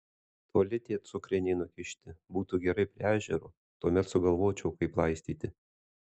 toli tie cukriniai nukišti būtų gerai prie ežero tuomet sugalvočiau kaip laistyti